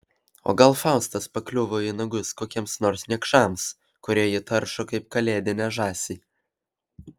o gal faustas pakliuvo į nagus kokiems nors niekšams kurie jį taršo kaip kalėdinę žąsį